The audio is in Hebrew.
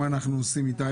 מה אנחנו עושים אתה,